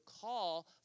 call